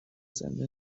زنده